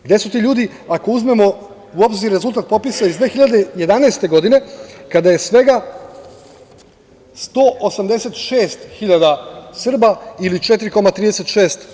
Gde su ti ljudi, ako uzmemo u obzir rezultat popisa iz 2011. godine, kada je svega 186 hiljada Srba, ili 4,36%